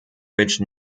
ridge